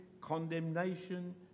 condemnation